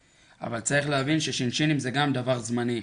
צריך להבין שהש"שינים זה גם דבר זמני.